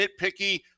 nitpicky